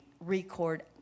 record